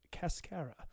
cascara